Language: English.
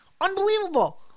Unbelievable